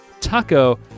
Taco